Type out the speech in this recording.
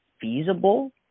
feasible